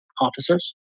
officers